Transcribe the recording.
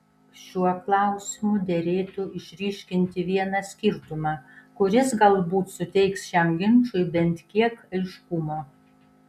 šiuo klausimu derėtų išryškinti vieną skirtumą kuris galbūt suteiks šiam ginčui bent kiek aiškumo